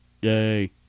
Yay